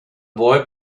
boy